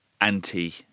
anti